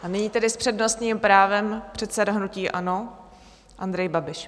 A nyní tedy s přednostním právem předseda hnutí ANO Andrej Babiš.